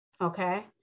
okay